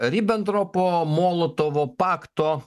ribentropo molotovo pakto